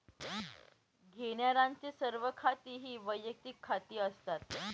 घेण्यारांचे सर्व खाती ही वैयक्तिक खाती असतात